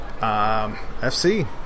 FC